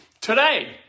Today